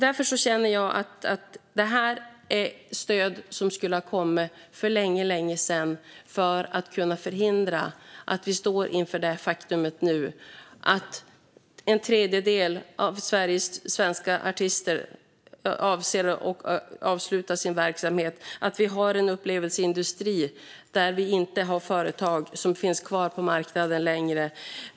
Därför känner jag att detta är stöd som skulle ha kommit för länge sedan för att kunna förhindra att vi nu står inför det faktum att en tredjedel av Sveriges artister avser att avsluta sin verksamhet och att vi har en upplevelseindustri med företag som inte finns kvar på marknaden längre.